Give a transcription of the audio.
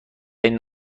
این